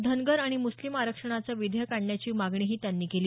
धनगर आणि मुस्लिम आरक्षणाचं विधेयक आणण्याची मागणीही त्यांनी केली